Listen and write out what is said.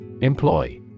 Employ